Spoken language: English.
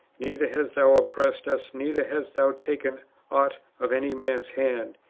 neither hast thou oppressed us, neither hast thou taken ought of any man's hand,